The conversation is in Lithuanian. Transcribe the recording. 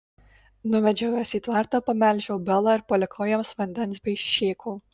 nuvedžiau juos į tvartą pamelžiau belą ir palikau jiems vandens bei šėko